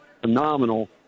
phenomenal